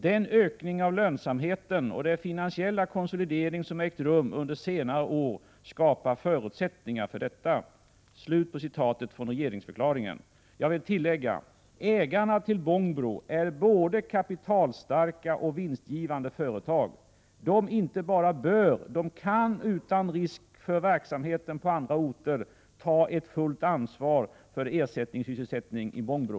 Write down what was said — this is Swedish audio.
Den ökning av lönsamheten och den finansiella konsolidering som ägt rum under senare år skapar förutsättningar för detta.” Jag vill tillägga att ägarna till Bångbro är både kapitalstarka och vinstgivande företag. De inte bara bör, de kan utan risk för verksamheten på andra orter ta fullt ansvar för ersättningssysselsättning i Bångbro.